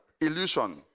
illusion